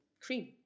cream